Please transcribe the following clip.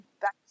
Back